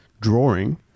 drawing